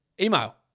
Email